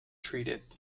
treated